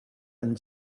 and